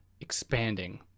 expanding